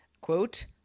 quote